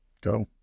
Go